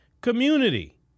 community